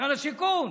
משרד השיכון.